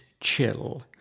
chill